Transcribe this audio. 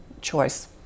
choice